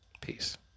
Peace